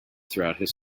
throughout